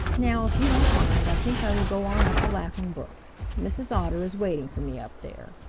now, if you don't mind, i think i will go on up the laughing brook. mrs. otter is waiting for me up there.